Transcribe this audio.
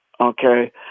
okay